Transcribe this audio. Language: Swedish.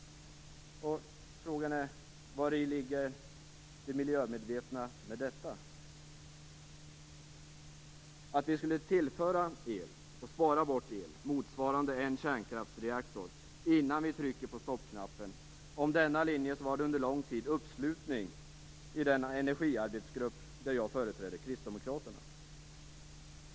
Fråga är: Vari ligger det miljömedvetna i detta? Om linjen att vi skulle tillföra el och spara bort el motsvarande en kärnkraftsreaktor innan vi trycker på stoppknappen, var det under lång tid uppslutning i den energiarbetsgrupp där jag företrädde Kristdemokraterna.